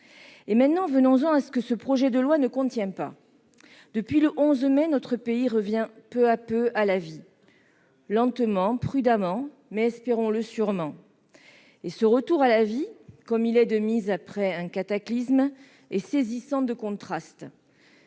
maintenant à ce que ce projet de loi ne contient pas. Depuis le 11 mai dernier, notre pays revient peu à peu à la vie. Lentement, prudemment, mais- espérons-le -sûrement. Ce retour à la vie, comme il est de mise après un cataclysme, est saisissant de contrastes.